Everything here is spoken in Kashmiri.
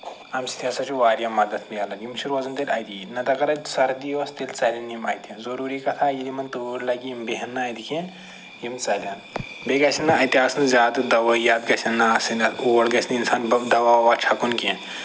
اَمہِ سۭتۍ ہسا چھُ واریاہ مدتھ مِلان یِم چھِ روزان تیٚلہِ اَتی نَتہٕ اَگر اَتہِ سَردی ٲس تیٚلہِ ژَلَن یِم اَتہِ ضٔروٗری کَتھاہ ییٚلہِ یمَن تۭر لَگہِ یِم بیٚہَن نہٕ اَتہِ کیٚنٛہہ یِم ژَلَن بیٚیہِ گژھِ نہٕ یِمَن اَتہِ آسٕنۍ زیادٕ دَوٲیات گَژھَن نہٕ آسٕنۍ اَتھ اور گژھِ نہٕ اِنسان دوا وَوہ چھَکُن کیٚنٛہہ